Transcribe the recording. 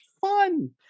fun